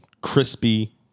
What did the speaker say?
crispy